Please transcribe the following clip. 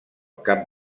cap